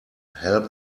help